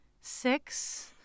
six